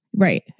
Right